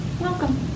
welcome